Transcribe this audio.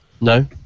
No